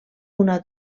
una